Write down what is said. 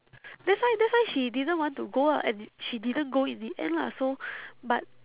that's why that's why she didn't want to go ah and she didn't go in the end lah so but